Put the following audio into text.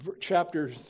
chapter